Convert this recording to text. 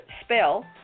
Spell